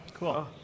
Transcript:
cool